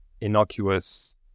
innocuous